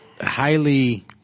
Highly